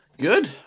Good